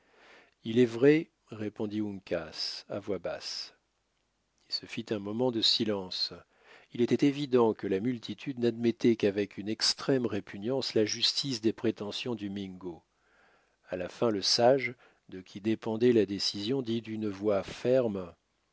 il est vrai répondit uncas à voix basse il se fit un moment de silence il était évident que la multitude n'admettait qu'avec une extrême répugnance la justice des prétentions du mingo à la fin le sage de qui dépendait la décision dit d'une voix ferme